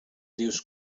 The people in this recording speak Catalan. dius